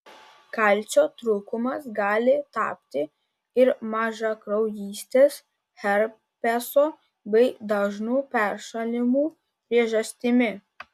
kalcio trūkumas gali tapti ir mažakraujystės herpeso bei dažnų peršalimų priežastimi